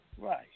Right